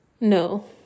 No